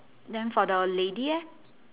then for the lady leh